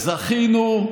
זכינו,